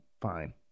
fine